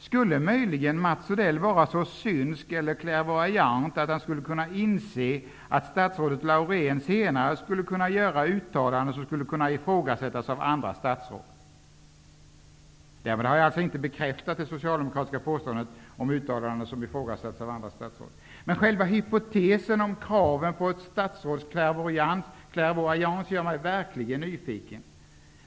Skulle möjligen Mats Odell vara så synsk eller klärvoajant att han insåg att statsrådet Laurén senare skulle göra uttalanden som kunde ifrågasättas av andra statsråd? Därmed har jag inte bekräftat det socialdemokratiska påståendet om uttalanden som ifrågasatts av andra statsråd. Men själva hypotesen om kraven på ett statsråds klärvoajans gör mig verkligen nyfiken.